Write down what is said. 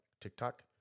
TikTok